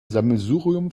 sammelsurium